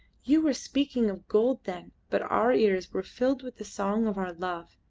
you were speaking of gold then, but our ears were filled with the song of our love,